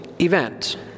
event